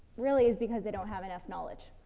really is because they don't have enough knowledge.